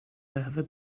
behöver